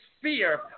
fear